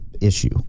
issue